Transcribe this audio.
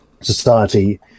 society